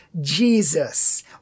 Jesus